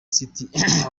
city